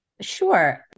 Sure